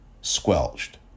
Squelched